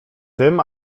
tym